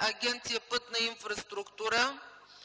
Агенция „Пътна инфраструктура”